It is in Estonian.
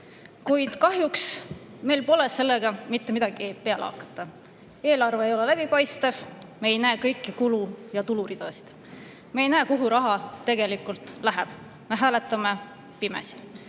Kuid kahjuks meil pole sellega mitte midagi peale hakata. Eelarve ei ole läbipaistev, me ei näe kõiki kulu‑ ja tuluridasid. Me ei näe, kuhu raha tegelikult läheb, me hääletame pimesi.